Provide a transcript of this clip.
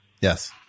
Yes